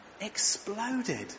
exploded